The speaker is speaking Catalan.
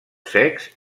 secs